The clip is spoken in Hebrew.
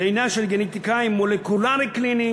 לגנטיקאי מולקולרי-קליני